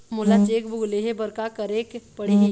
मोला cheque book लेहे बर का केरेक पढ़ही?